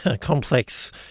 complex